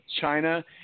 China